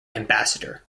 ambassador